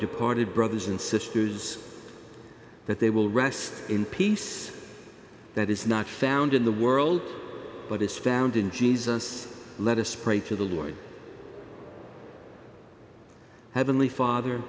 departed brothers and sisters that they will rest in peace that is not found in the world but is found in jesus let us pray for the lord heavenly father